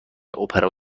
اپرا